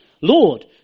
Lord